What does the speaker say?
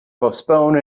postpone